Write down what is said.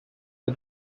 the